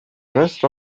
rest